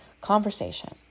conversation